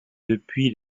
depuis